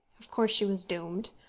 of course she was doomed.